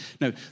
no